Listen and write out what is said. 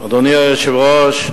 אדוני היושב-ראש,